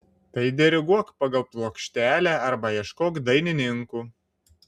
tai diriguok pagal plokštelę arba ieškok dainininkų